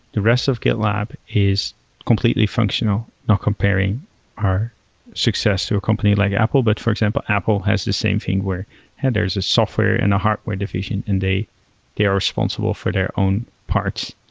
the rest of gitlab is completely functional ah comparing our success to a company like apple, but for example apple has the same thing where and there's a software and a hardware division and they they are responsible for their own parts.